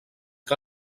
que